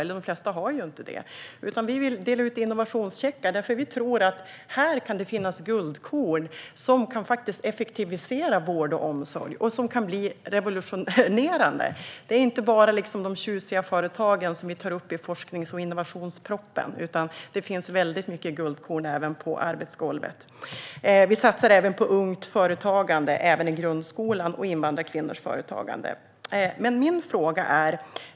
De flesta har inte det. Vi i Centerpartiet vill dela ut innovationscheckar. Vi tror att det kan finnas guldkorn som kan effektivisera vård och omsorg och som kan bli revolutionerande. Det är inte bara fråga om de tjusiga företagen som tas upp i forsknings och innovationspropositionen utan det finns många guldkorn även på arbetsgolvet. Centerpartiet satsar på Ung Företagsamhet även i grundskolan och invandrarkvinnors företagande.